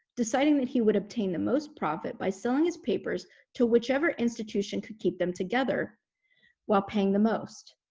deciding that he would obtain the most profit by selling his papers to whichever institution could keep them together while paying the most.